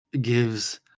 gives